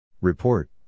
Report